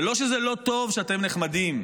זה לא שזה לא טוב שאתם נחמדים,